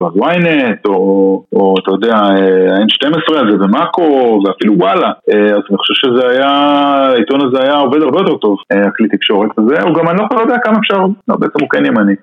YNET, או אתה יודע, ה-N12 הזה ו-MAKO, ואפילו WALLA. אני חושב שזה היה, העיתון הזה היה עובד הרבה יותר טוב. הכלי תקשורת הזה, וגם אני לא כבר יודע כמה אפשר, אבל בעצם הוא כן ימני.